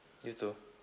you too